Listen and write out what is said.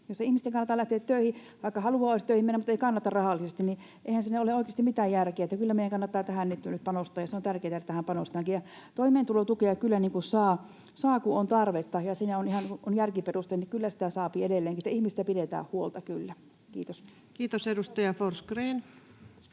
ihmisten kannata lähteä töihin. Vaikka haluaisi töihin mennä mutta ei kannata rahallisesti, niin eihän siinä ole oikeasti mitään järkeä. Kyllä meidän kannattaa tähän nyt panostaa, ja se on tärkeätä, että tähän panostetaankin. Toimeentulotukea kyllä saa, kun on tarvetta, ja kun siinä on järkiperusteet, niin kyllä sitä saa edelleenkin. Ihmisistä pidetään huolta kyllä. — Kiitos. [Speech